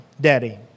daddy